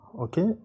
okay